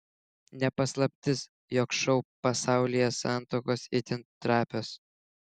ne paslaptis jog šou pasaulyje santuokos itin trapios